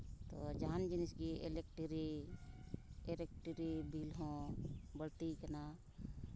ᱛᱳ ᱡᱟᱦᱟᱱ ᱡᱤᱱᱤᱥᱜᱮ electric electric bill ᱦᱚᱸ ᱵᱟᱹᱲᱛᱤᱭᱟᱠᱟᱱᱟ